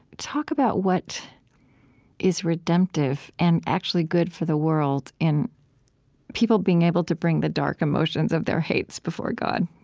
talk about what is redemptive and actually good for the world in people being able to bring the dark emotions of their hates before god